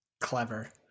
Clever